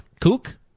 kook